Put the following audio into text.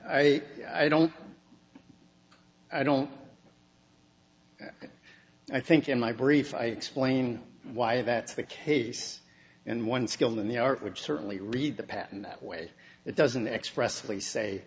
by i don't i don't i think in my brief i explain why that's the case and one skilled in the art would certainly read the patent that way it doesn't express